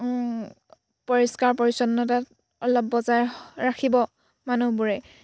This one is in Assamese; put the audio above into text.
পৰিষ্কাৰ পৰিচ্ছন্নতাত অলপ বজাই ৰাখিব মানুহবোৰে